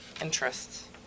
interests